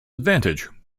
advantage